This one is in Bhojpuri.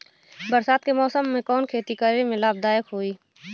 बरसात के मौसम में कवन खेती करे में लाभदायक होयी?